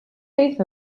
faith